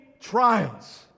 trials